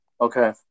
Okay